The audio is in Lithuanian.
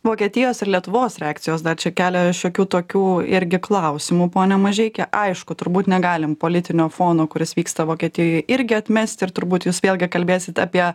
vokietijos ir lietuvos reakcijos dar čia kelia šiokių tokių irgi klausimų pone mažeiki aišku turbūt negalim politinio fono kuris vyksta vokietijoje irgi atmesti ir turbūt jūs vėlgi kalbėsit apie